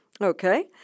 Okay